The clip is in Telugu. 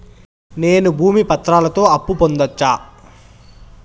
నేను భూమి పత్రాలతో అప్పు పొందొచ్చా?